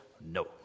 no